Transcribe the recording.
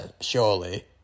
surely